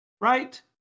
Right